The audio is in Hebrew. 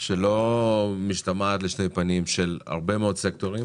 שלא משתמעת לשני פנים של הרבה מאוד סקטורים